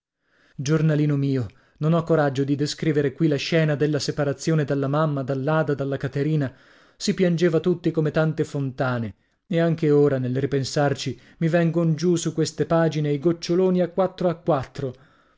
giornalino mio non ho coraggio di descrivere qui la scena della separazione dalla mamma dall'ada dalla caterina si piangeva tutti come tante fontane e anche ora nel ripensarci mi vengon giù su queste pagine i goccioloni a quattro a quattro